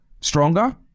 stronger